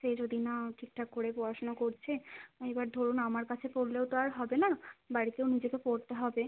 সে যদি না ঠিকঠাক করে পড়াশোনা করছে এইবার ধরুন আমার কাছে পড়লেও তো আর হবে না বাড়িতেও নিজেকে পড়তে হবে